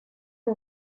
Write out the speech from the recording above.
who